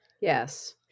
Yes